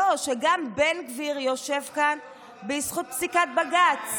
גם בן גביר יושב כאן בזכות פסיקת בג"ץ.